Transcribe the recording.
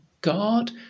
God